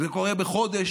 זה קורה בחודש.